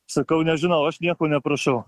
sakau nežinau aš nieko neprašau